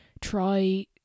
try